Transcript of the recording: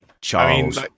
Charles